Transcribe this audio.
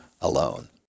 alone